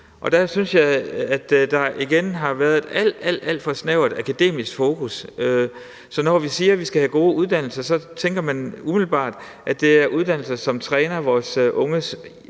der har været et alt, alt for snævert akademisk fokus. Så når vi siger, at vi skal have gode uddannelser, tænker man umiddelbart, at det er uddannelser, som træner vores unges